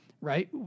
right